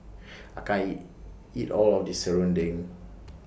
I can't eat All of This Serunding